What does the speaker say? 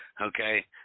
Okay